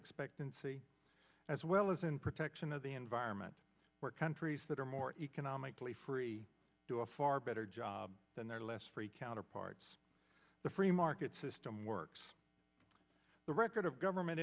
expectancy as well as in protection of the environment where countries that are more economically free do a far better job than their less free counterparts the free market system works the record of government